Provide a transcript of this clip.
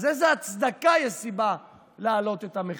אז איזו הצדקה יש להעלאת המחיר?